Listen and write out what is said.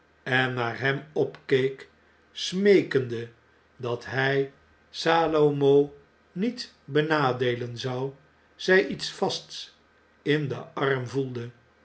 en naar hem opkeek smeekende dat hjj saloixjlb niet benadeelen zou zy iets vasts in den arm voelde